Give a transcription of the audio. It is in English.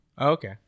Okay